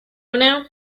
now